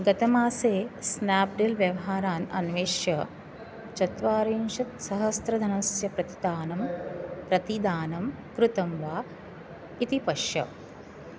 गतमासे स्नाप्डील् व्यव्हारान् अन्वेष्य चत्वारिंशत्सहस्रधनस्य प्रतिदानं प्रतिदानं कृतं वा इति पश्य